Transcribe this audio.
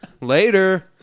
Later